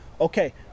okay